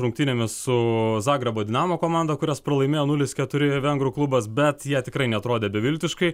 rungtynėmis su zagrebo dinamo komanda kurias pralaimėjo nulis keturi vengrų klubas bet jie tikrai neatrodė beviltiškai